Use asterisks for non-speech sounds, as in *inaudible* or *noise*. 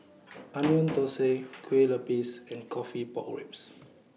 *noise* Onion Thosai Kueh Lapis and Coffee Pork Ribs